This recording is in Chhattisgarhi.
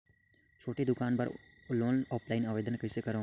छोटे दुकान बर लोन ऑफलाइन आवेदन कइसे करो?